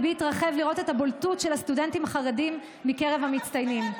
ליבי התרחב לראות את הבולטות של הסטודנטים החרדים בקרב המצטיינים.